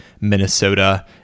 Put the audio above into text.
Minnesota